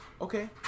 Okay